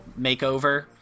makeover